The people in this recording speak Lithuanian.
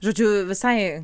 žodžiu visai